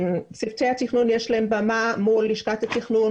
לצוותי התכנון יש במה מול לשכת התכנון,